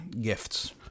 gifts